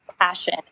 passion